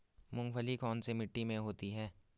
मूंगफली कौन सी मिट्टी में होती है?